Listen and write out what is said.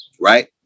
right